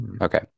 Okay